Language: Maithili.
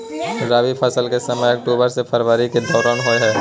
रबी फसल के समय अक्टूबर से फरवरी के दौरान होय हय